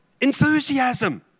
enthusiasm